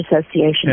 Association